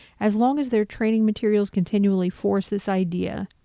as long as their training materials continually force this idea,